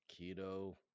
keto